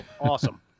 awesome